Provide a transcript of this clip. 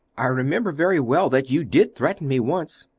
i remember very well that you did threaten me once,